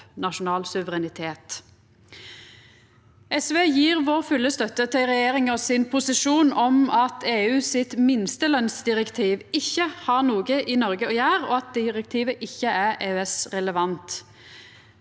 nasjonal suverenitet. SV gjev vår fulle støtte til regjeringas posisjon om at EUs minstelønsdirektiv ikkje har noko i Noreg å gjera, og at direktivet ikkje er EØS-relevant.